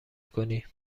کنی